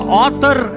author